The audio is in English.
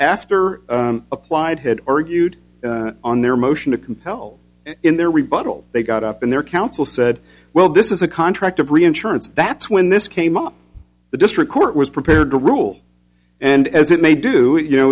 after applied had or you'd on their motion to compel in their rebuttal they got up in their counsel said well this is a contract of reinsurance that's when this came up the district court was prepared to rule and as it may do you know